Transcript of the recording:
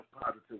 positive